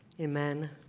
Amen